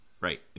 Right